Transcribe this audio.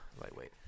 lightweight